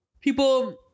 people